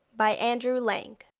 by andrew lang